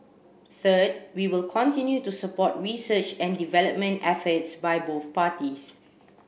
third we will continue to support research and development efforts by both parties